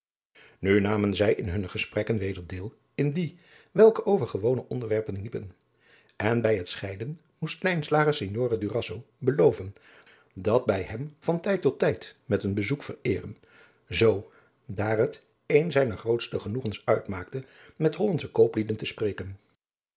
nu namen zij in hunne gesprekken weder deel in die welke over gewone onderwerpen liepen en bij het scheiden moest lijnslager signore durazzo beloven dat bij hem van tijd tot tijd met een bezoek vereeren zoo daar het een zijner grootste genoegens uitmaakte met hollandsche kooplieden te spreken